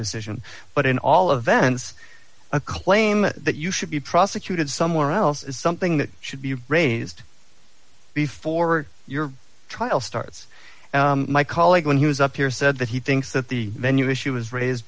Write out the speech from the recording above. decision but in all of then it's a claim that you should be prosecuted somewhere else is something that should be raised before your trial starts and my colleague when he was up here said that he thinks that the venue issue was raised